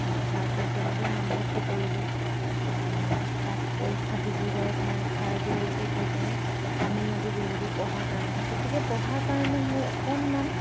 ভাৰত নাট্যমতো নামভৰ্তি কৰিলোঁ তাত পৰীক্ষা ডিব্ৰুগড়ত মই থাৰ্ড ইয়াৰলৈকে দি কিনে তামিলনাডু গ'লোঁগৈ পঢ়াৰ কাৰণে গতিকে পঢ়াৰ কাৰণে মোৰ অকণমান